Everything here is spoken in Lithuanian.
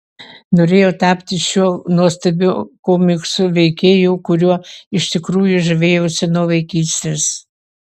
norėjau tapti šiuo nuostabiu komiksų veikėju kuriuo iš tikrųjų žavėjausi nuo vaikystės